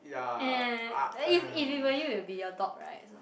eh ya ya if if it were you it will be your dog right so